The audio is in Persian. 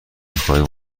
خواهید